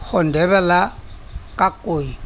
সন্ধিয়াবেলা কাক কয়